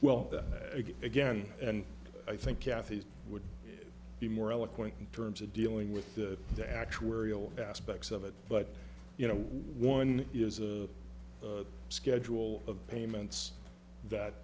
well that again and i think kathy would be more eloquent in terms of dealing with the the actuarial aspects of it but you know one is a schedule of payments that